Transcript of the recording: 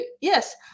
yes